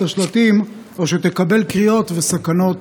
חבר הכנסת טופורובסקי, בבקשה.